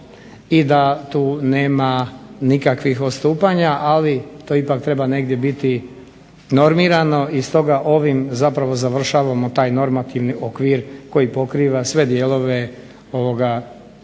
i da tu nema nikakvih odstupanja, ali to ipak treba negdje biti normirano i stoga ovim zapravo završavamo taj normativni okvir koji pokriva sve dijelove ovoga dijela